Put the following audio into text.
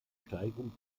steigerung